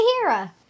Hera